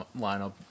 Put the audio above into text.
lineup